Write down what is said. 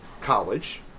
college